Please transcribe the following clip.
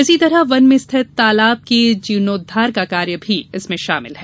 इसी तरह वन में स्थित तालाब के जीर्णोद्वार का कार्य भी शामिल है